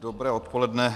Dobré odpoledne.